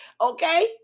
okay